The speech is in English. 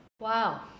Wow